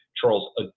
Charles